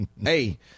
Hey